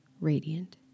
radiant